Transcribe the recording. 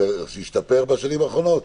זה השתפר בשנים האחרונות?